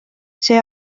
see